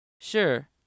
Sure